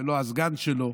ולא הסגן שלו,